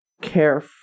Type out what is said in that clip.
care